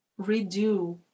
redo